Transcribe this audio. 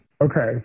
Okay